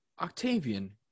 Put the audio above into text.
Octavian